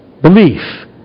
belief